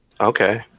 Okay